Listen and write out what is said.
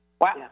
Wow